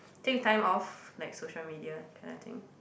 take time off like social media kind of thing